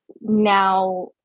now